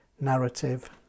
narrative